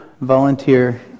volunteer